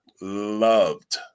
loved